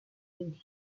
libre